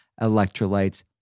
electrolytes